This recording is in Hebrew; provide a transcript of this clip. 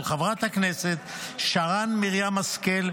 של חברת הכנסת שרן מרים השכל,